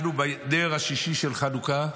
אנחנו בנר השישי של חנוכה,